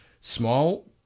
small